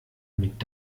mit